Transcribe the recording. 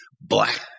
black